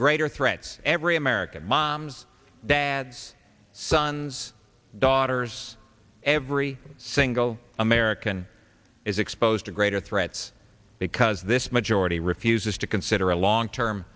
greater threats every american moms dads sons daughters every single american is exposed to greater threats because this majority refuses to consider a long term